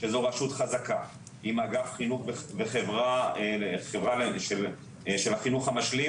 שזו רשות חזקה עם אגף חינוך וחברה של החינוך המשלים,